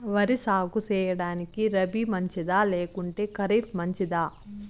వరి సాగు సేయడానికి రబి మంచిదా లేకుంటే ఖరీఫ్ మంచిదా